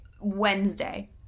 Wednesday